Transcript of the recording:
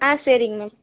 சரிங்க மேம்